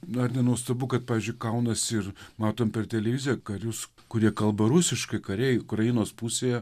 na ar nenuostabu kad pavyzdžiui kaunas ir matom per televiziją karius kurie kalba rusiškai kariai ukrainos pusėje